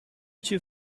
two